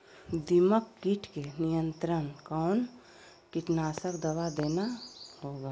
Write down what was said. दीमक किट के नियंत्रण कौन कीटनाशक दवा देना होगा?